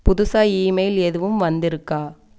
புதுசாா email எதுவும் வந்திருக்கா